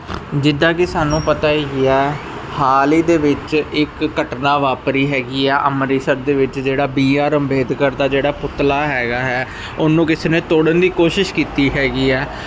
ਜਿੱਦਾਂ ਕਿ ਸਾਨੂੰ ਪਤਾ ਹੀ ਆ ਹਾਲ ਹੀ ਦੇ ਵਿੱਚ ਇੱਕ ਘਟਨਾ ਵਾਪਰੀ ਹੈਗੀ ਆ ਅੰਮ੍ਰਿਤਸਰ ਦੇ ਵਿੱਚ ਜਿਹੜਾ ਬੀ ਆਰ ਅੰਬੇਡਕਰ ਦਾ ਜਿਹੜਾ ਪੁਤਲਾ ਹੈਗਾ ਹੈ ਉਹਨੂੰ ਕਿਸੇ ਨੇ ਤੋੜਨ ਦੀ ਕੋਸ਼ਿਸ਼ ਕੀਤੀ ਹੈਗੀ ਹੈ